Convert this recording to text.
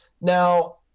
Now